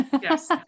yes